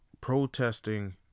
protesting